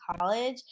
college